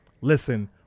Listen